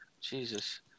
Jesus